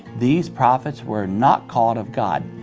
these prophets were not called of god.